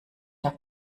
der